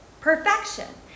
Perfection